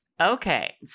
Okay